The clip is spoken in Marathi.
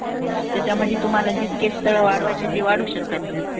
हं त्याच्यामध्ये तुम्हाला जितके स्थळं वाढवायचे ते वाढवू शकता तुम्ही